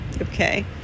okay